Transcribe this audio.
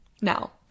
Now